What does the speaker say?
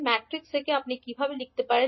matrix থেকে আপনি কিভাবে লিখতে পারেন